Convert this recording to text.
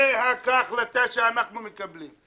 זה ההחלטה שאנחנו מקבלים.